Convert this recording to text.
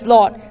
Lord